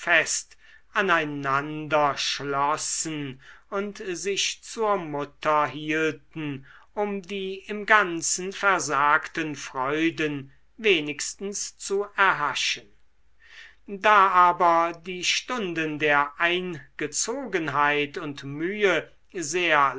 aneinander schlossen und sich zur mutter hielten um die im ganzen versagten freuden wenigstens zu erhaschen da aber die stunden der eingezogenheit und mühe sehr